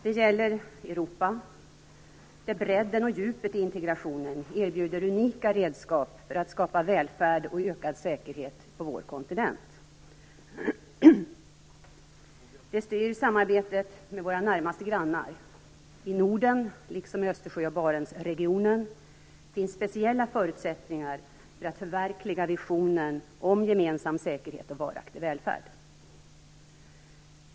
Det gäller Europa, där bredden och djupet i integrationen erbjuder unika redskap för att skapa välfärd och ökad säkerhet på vår kontinent. 3. Det styr samarbetet med våra närmaste grannar. I Norden liksom i Östersjö och Barentsregionen finns speciella förutsättningar för att förverkliga visionen om gemensam säkerhet och varaktig välfärd.